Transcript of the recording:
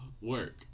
work